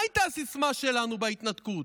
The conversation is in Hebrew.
מה הייתה הסיסמה שלנו בהתנתקות?